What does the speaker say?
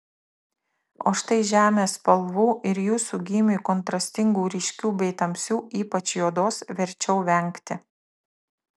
o štai žemės spalvų ir jūsų gymiui kontrastingų ryškių bei tamsių ypač juodos verčiau vengti